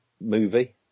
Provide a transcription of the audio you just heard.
movie